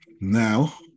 Now